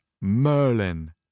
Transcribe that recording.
merlin